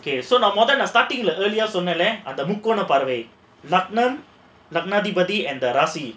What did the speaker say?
okay மொத:motha starting the earliest சொன்னேன்ல அந்த முக்கோனப்பார்வை லக்கினம் லக்கினாதிபதி அந்த ராசி:sonnaenla andha mukkonappaarvai lakkinam lakkinathipathi andha rasi